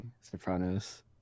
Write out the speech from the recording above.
Sopranos